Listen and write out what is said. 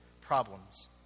problems